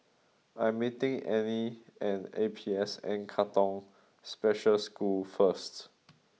I'm meeting Anie at A P S N Katong Special School first